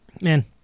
man